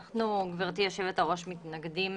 אנחנו מתנגדים.